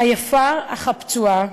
היפה אך הפצועה,